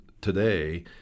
today